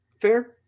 Fair